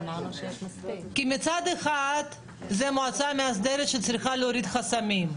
--- כי מצד אחד זו מועצה מאסדרת שצריכה להוריד חסמים.